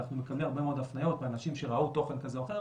אנחנו מקבלים הרבה מאוד הפניות ואנשים שראו תוכן כזה או אחר